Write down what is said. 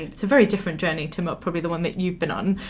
it's a very different journey to more probably the one that you've been on,